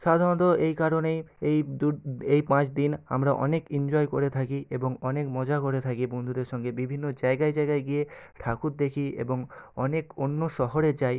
সাধারণত এই কারণেই এই দু এই পাঁচ দিন আমরা অনেক এনজয় করে থাকি এবং অনেক মজা করে থাকি বন্ধুদের সঙ্গে বিভিন্ন জায়গায় জায়গায় গিয়ে ঠাকুর দেখি এবং অনেক অন্য শহরে যাই